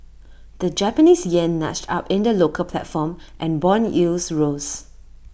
the Japanese Yen nudged up in the local platform and Bond yields rose